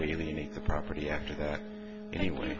really make the property after that anyway